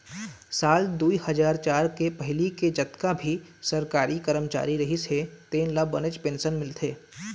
साल दुई हजार चार के पहिली के जतका भी सरकारी करमचारी रहिस हे तेन ल बनेच पेंशन मिलथे